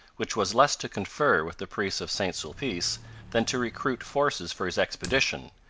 which was less to confer with the priests of st sulpice than to recruit forces for his expedition,